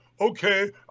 okay